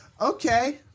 Okay